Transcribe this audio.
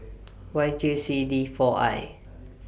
Y J C D four I